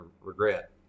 regret